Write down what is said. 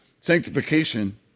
sanctification